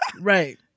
Right